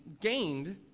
gained